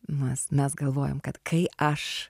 mes mes galvojom kad kai aš